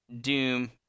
Doom